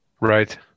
right